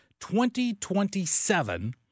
2027